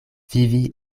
vivi